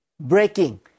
breaking